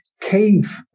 cave